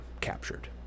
captured